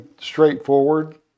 straightforward